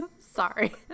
Sorry